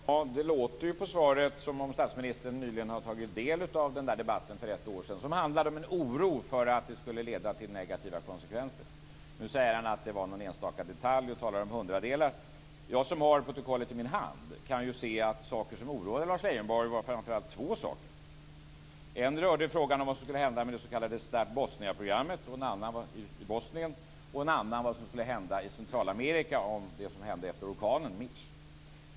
Fru talman! Det låter ju på svaret som om statsministern nyligen har tagit del av den där debatten för ett år sedan som handlade om en oro för att det skulle leda till negativa konsekvenser. Nu säger statsministern att det var någon enstaka detalj och talar om hundradelar. Jag som har protokollet i min hand kan ju se att det som oroade Lars Leijonborg var framför allt två saker. En rörde frågan om vad som skulle hända med det s.k. Start Bosnia-programmet i Bosnien och en annan vad som skulle hända i Centralamerika efter orkanen Mitch.